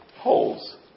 holes